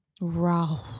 Raw